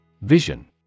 Vision